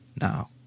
now